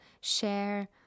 share